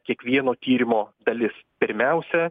kiekvieno tyrimo dalis pirmiausia